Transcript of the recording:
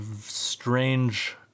strange